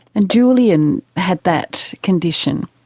and julian had that condition.